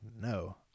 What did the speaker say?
no